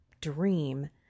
dream